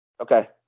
Okay